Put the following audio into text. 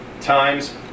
times